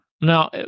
now